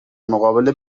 مقابل